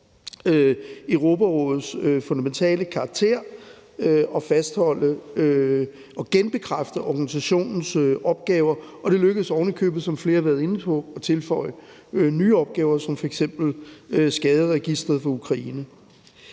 Europarådets fundamentale karakter og fastholde og genbekræfte organisationens opgaver, og det lykkedes ovenikøbet, som flere har været inde på, at tilføje nye opgaver som f.eks. skadesregisteret for Ukraine.